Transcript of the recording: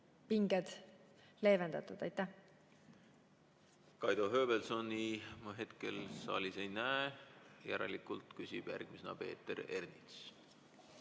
pinged leevendatud. Kaido Höövelsoni ma hetkel saalis ei näe, järelikult küsib järgmisena Peeter Ernits.